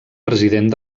president